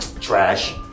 Trash